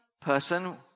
person